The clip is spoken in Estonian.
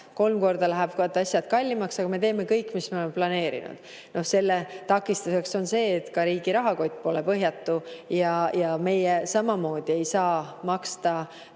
kolm korda lähevad asjad kallimaks, aga me teeme ära kõik, mis me oleme planeerinud. Selle takistuseks on see, et ka riigi rahakott pole põhjatu ja meie samamoodi ei saa maksta